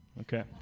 Okay